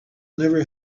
never